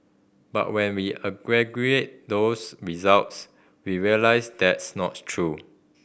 but when we aggregate those results we realise that's not true